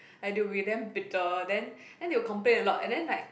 like they will be damn bitter then then they will complain a lot and then like